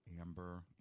Amber